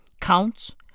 counts